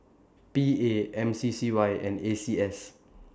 P A M C C Y and A C S